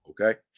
okay